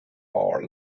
hour